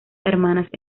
hermanas